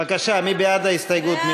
בבקשה, מי בעד ההסתייגות?